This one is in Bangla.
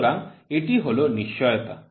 সুতরাং এটি হল অনিশ্চয়তা